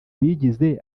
bigize